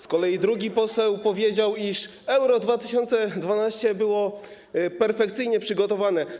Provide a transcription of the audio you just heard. Z kolei drugi poseł powiedział, iż Euro 2012 było perfekcyjnie przygotowane.